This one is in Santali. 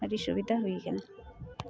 ᱟᱹᱰᱤ ᱥᱩᱵᱤᱫᱟ ᱦᱩᱭ ᱠᱟᱱᱟ